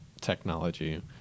technology